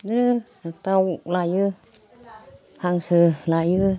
बिदिनो दाउ लायो हांसो लायो